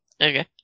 Okay